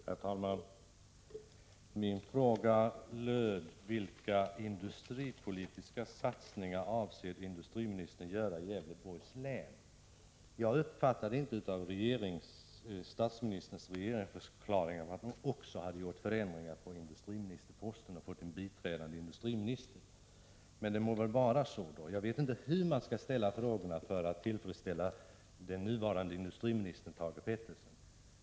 Herr talman! Min fråga löd: Vilka industripolitiska insatser avser industriministern att göra i Gävleborgs län? Jag uppfattade inte regeringsförklaringen så, att man också gjort förändringar beträffande industriministerposten och tillsatt en biträdande industriminister, men det må så vara: jag vet inte hur man skall ställa frågorna för att tillfredsställa den nuvarande industriministern Thage Peterson.